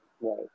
Right